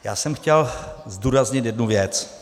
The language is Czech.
Já jsem chtěl zdůraznit jednu věc.